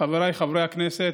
חבריי חברי הכנסת,